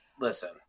listen